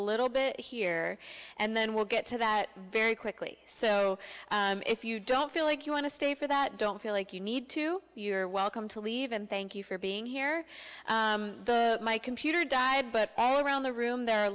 a little bit here and then we'll get to that very quickly so if you don't feel like you want to stay for that don't feel like you need to you're welcome to leave and thank you for being here my computer died but all around the room there a